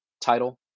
title